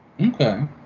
Okay